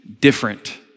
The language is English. different